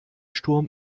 sturm